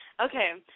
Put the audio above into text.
Okay